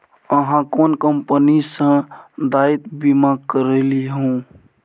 अहाँ कोन कंपनी सँ दायित्व बीमा करेलहुँ